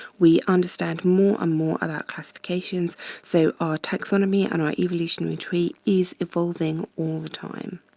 we understand more and more about classifications so our taxonomy and our evolutionary tree is evolving all the time.